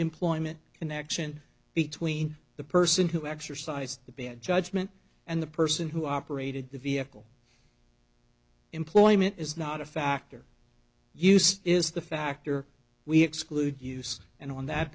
employment connection between the person who exercised the bad judgment and the person who operated the vehicle employment is not a factor use is the factor we exclude use and on that